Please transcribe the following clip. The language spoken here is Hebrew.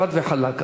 חד וחלק.